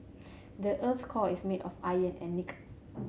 the earth's core is made of iron and nickel